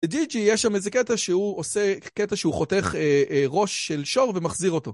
בדי.ג'י יש שם איזה קטע שהוא עושה, קטע שהוא חותך ראש של שור ומחזיר אותו.